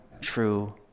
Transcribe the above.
true